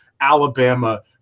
Alabama